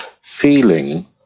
feeling